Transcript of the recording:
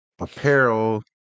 apparel